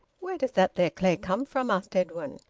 where does that there clay come from? asked edwin.